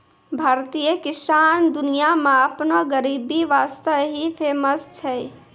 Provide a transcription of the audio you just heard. भारतीय किसान दुनिया मॅ आपनो गरीबी वास्तॅ ही फेमस छै